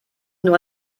nur